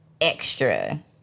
extra